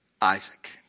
Isaac